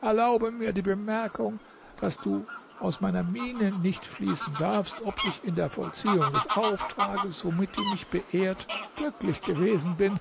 erlaube mir die bemerkung daß du aus meiner miene nicht schließen darfst ob ich in der vollziehung des auftrages womit du mich beehrt glücklich gewesen bin